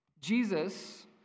Jesus